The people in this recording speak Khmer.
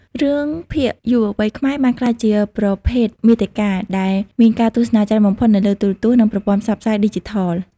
រឿងភាគយុវវ័យខ្មែរបានក្លាយជា ប្រភេទមាតិកា ដែលមានការទស្សនាច្រើនបំផុតនៅលើទូរទស្សន៍និងប្រព័ន្ធផ្សព្វផ្សាយឌីជីថល។